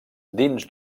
dins